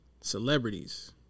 celebrities